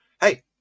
hey